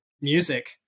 music